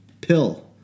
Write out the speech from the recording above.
pill